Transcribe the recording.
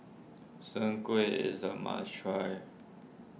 Soon Kuih is a must try